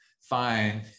fine